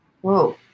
Whoa